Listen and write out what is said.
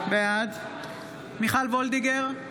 בעד מיכל מרים וולדיגר,